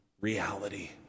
reality